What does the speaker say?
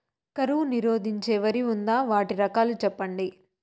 కరువు నిరోధించే వరి ఉందా? వాటి రకాలు చెప్పండి?